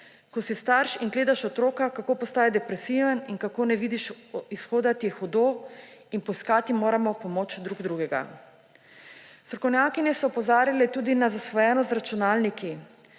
Ko si starš in gledaš otroka, kako postaja depresiven in kako ne vidiš izhoda, ti je hudo in poiskati moramo pomoč drug drugega. Strokovnjakinje so opozarjale tudi na zasvojenost z računalniki.